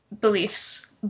beliefs